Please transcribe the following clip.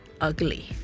ugly